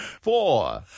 Four